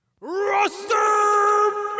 Roster